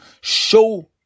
show